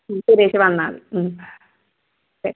സുനിതേച്ചി വന്നാൽ മതി ശരി